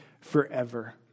forever